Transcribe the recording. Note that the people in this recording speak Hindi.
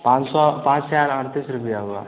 पाँच सौ पाँच हज़ार अड़तीस रुपया हुआ